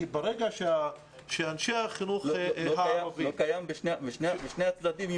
כי ברגע שאנשי החינוך --- לא קיים בשני הצדדים.